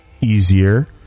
easier